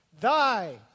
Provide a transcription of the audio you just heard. Thy